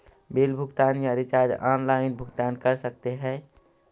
Bill भुगतान या recharge online भुगतान कर सकते हैं?